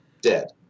dead